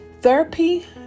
Therapy